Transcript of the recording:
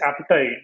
appetite